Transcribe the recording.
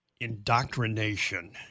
Indoctrination